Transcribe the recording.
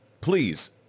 please